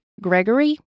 Gregory